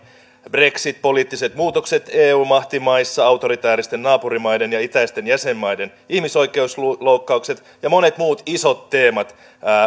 brexit poliittiset muutokset eun mahtimaissa autoritääristen naapurimaiden ja itäisten jäsenmaiden ihmisoikeusloukkaukset ja monet muut isot teemat